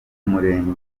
murenge